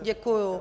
Děkuju.